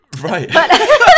Right